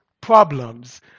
problems